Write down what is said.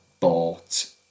Bought